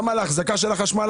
גם על האחזקה של החשמל.